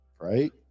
right